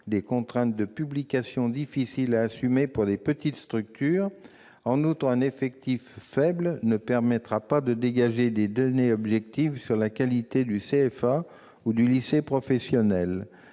de contraintes de publication difficiles à assumer pour de petites structures. En outre, un effectif faible ne permettra pas de dégager des données objectives sur la qualité du CFA ou du lycée professionnel-